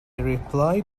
replied